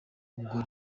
ubwo